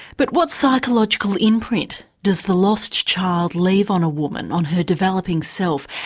but what psychological imprint does the lost child leave on a woman, on her developing self,